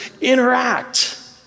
interact